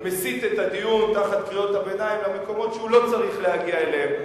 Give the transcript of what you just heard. מסיט את הדיון תחת קריאות הביניים למקומות שהוא לא צריך להגיע אליהם.